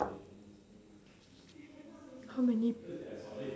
how many